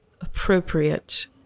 appropriate